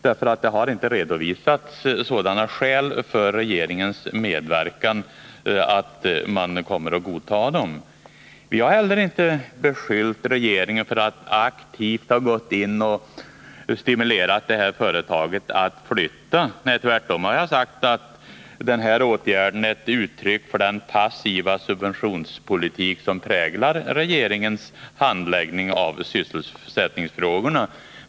Han har nämligen inte redovisat sådana skäl för regeringens medverkan att man kommer att godta dem. Vi har heller inte beskyllt regeringen för att aktivt ha gått in och stimulerat företaget att flytta. Jag har tvärtom sagt att den här åtgärden är ett uttryck för den passiva subventionspolitik som präglar regeringens handläggning av sysselsättningsfrågorna.